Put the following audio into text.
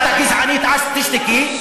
את הגזענית, אז תשתקי.